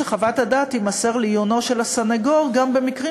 שחוות הדעת תימסר לעיונו של הסנגור גם במקרים